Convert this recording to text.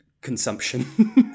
consumption